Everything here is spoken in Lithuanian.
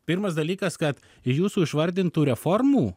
pirmas dalykas kad jūsų išvardintų reformų